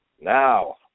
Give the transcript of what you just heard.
Now